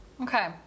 Okay